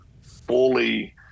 fully